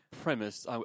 premise